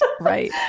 right